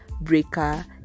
Breaker